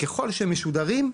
ככול שהם משודרים,